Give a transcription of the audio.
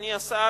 אדוני השר,